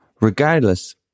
Regardless